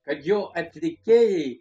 kad jo atlikėjai